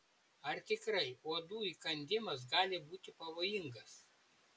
ar tikrai uodų įkandimas gali būti pavojingas